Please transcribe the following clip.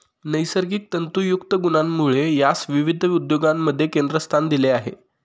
नैसर्गिक तंतुयुक्त गुणांमुळे यास विविध उद्योगांमध्ये केंद्रस्थान दिले आहे